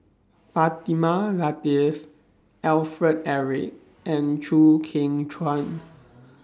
Fatimah Lateef Alfred Eric and Chew Kheng Chuan